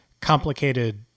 complicated